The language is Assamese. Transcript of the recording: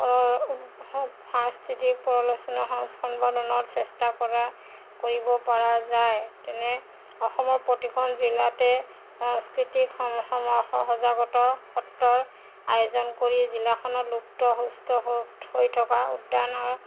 সাংস্কৃতিক পৰলোচনা চেষ্টা কৰা কৰিব পৰা যায় তেনে অসমৰ প্ৰতিখন জিলাতে সাংস্কৃতিক সহজাগত সত্ৰৰ আয়োজন কৰি জিলাখনত লুপ্ত সুস্থ হৈ হৈ থকা উদ্যানৰ